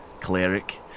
cleric